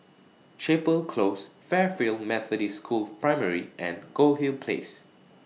Chapel Close Fairfield Methodist School Primary and Goldhill Place